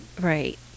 right